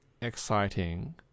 exciting